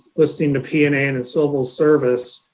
listing to p and a and and civil service,